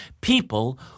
people